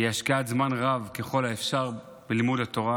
השקעת זמן רב ככל האפשר בלימוד התורה,